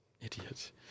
idiot